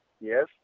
yes